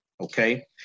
okay